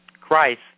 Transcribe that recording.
Christ